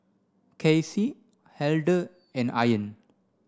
Kaycee Elder and Ian